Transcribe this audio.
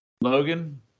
Logan